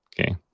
Okay